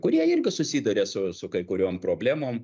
kurie irgi susiduria su su kai kuriom problemom